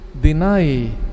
deny